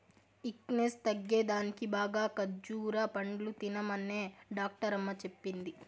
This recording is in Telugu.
ఈక్నేస్ తగ్గేదానికి బాగా ఖజ్జూర పండ్లు తినమనే డాక్టరమ్మ చెప్పింది